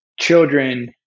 children